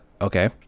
okay